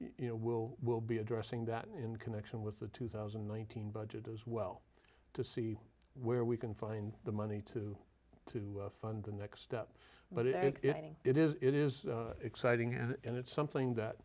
you know we'll we'll be addressing that in connection with the two thousand and one thousand budget as well to see where we can find the money to to fund the next step but it is it is exciting and it's something that